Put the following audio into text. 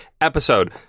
episode